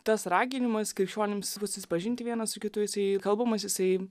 tas raginimas krikščionims susipažinti vienas su kitu jisai kalbamas jisai